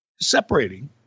separating